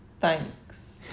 Thanks